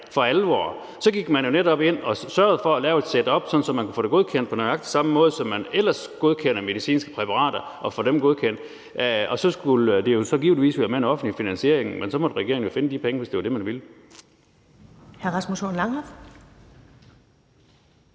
for alvor, så gik man jo netop ind og sørgede for at lave et setup, sådan at man kunne få det godkendt på nøjagtig samme måde, som man ellers godkender medicinske præparater. Og så skulle det givetvis være med en offentlig finansiering, men så måtte regeringen jo finde de penge, hvis det var det, man ville.